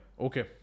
okay